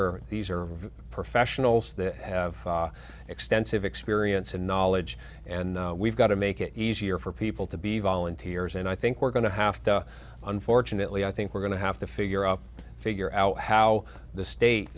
are these are professionals that have extensive experience and knowledge and we've got to make it easier for people to be volunteers and i think we're going to have to unfortunately i think we're going to have to figure out figure out how the state